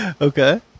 okay